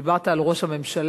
דיברת על ראש הממשלה.